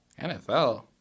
NFL